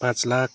पाँच लाख